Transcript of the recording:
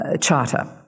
charter